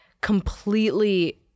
completely